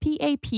PAP